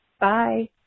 Bye